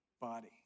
body